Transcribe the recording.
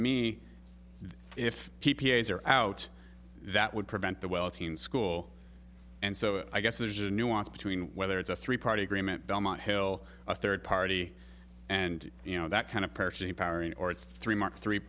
me if p p a is are out that would prevent the welting school and so i guess there's a nuance between whether it's a three party agreement belmont hill a third party and you know that kind of purchasing power in or it's three mark three